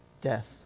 death